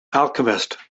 alchemist